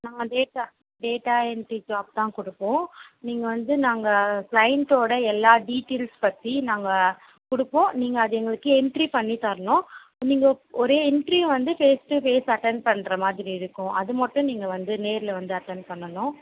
நாங்கள் data data entry job தான் கொடுப்போம் நீங்கள் வந்து நாங்கள் க்ளைண்ட்டோடய எல்லா டீடெயில்ஸ் பற்றி நாங்கள் கொடுப்போம் நீங்கள் அது எங்களுக்கு என்ட்ரி பண்ணி தரணும் நீங்கள் ஒரு இன்ட்ரிவ் வந்து ஃபேஸ் டு ஃபேஸ் அட்டன் பண்ணுற மாதிரி இருக்கும் அது மட்டும் நீங்கள் வந்து நேரில் வந்து அட்டன் பண்ணணும்